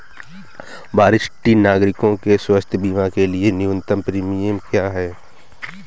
वरिष्ठ नागरिकों के स्वास्थ्य बीमा के लिए न्यूनतम प्रीमियम क्या है?